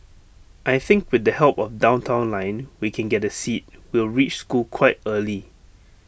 I think with the help of downtown line we can get A seat we'll reach school quite early